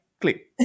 click